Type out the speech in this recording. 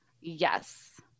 yes